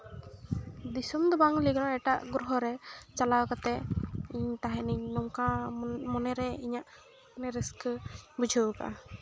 ᱫᱤᱥᱚᱢ ᱫᱚ ᱵᱟᱝ ᱞᱟᱹᱭ ᱜᱟᱱᱚᱜᱼᱟ ᱮᱴᱟᱜ ᱜᱨᱚᱦᱚ ᱨᱮ ᱪᱟᱞᱟᱣ ᱠᱟᱛᱮ ᱤᱧ ᱛᱟᱦᱮᱱᱮᱧ ᱱᱚᱝᱠᱟ ᱢᱚᱱᱮ ᱨᱮ ᱤᱧᱟᱹᱜ ᱢᱟᱱᱮ ᱨᱟᱹᱥᱠᱟᱹ ᱵᱩᱡᱷᱟᱹᱣ ᱠᱟᱜᱼᱟ